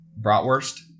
Bratwurst